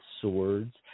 swords